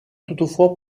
toutefois